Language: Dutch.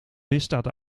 misdaad